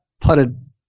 putted